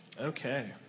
Okay